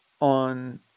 on